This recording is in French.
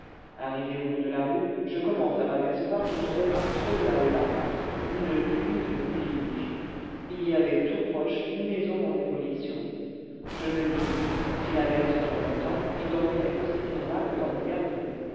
arrivé au bout de la rue je commence à m'apercevoir qu'il tombait par trop de hallebardes une pluie de déluge il y avait tout proche une maison en démolition je me dis si l'averse dure longtemps je dormirai aussi bien là que dans mon garni